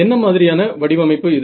என்ன மாதிரியான வடிவமைப்பு இது